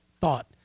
thought